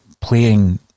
playing